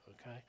okay